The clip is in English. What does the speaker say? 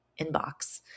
inbox